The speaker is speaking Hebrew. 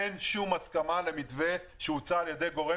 אין שום הסכמה למתווה שהוצע על ידי גורם